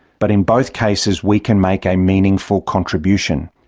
but in both cases, we can make a meaningful contribution.